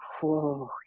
whoa